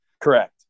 Correct